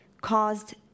caused